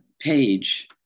page